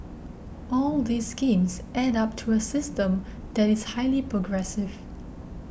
all these schemes add up to a system that is highly progressive